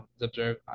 observe